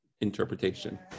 interpretation